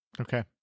Okay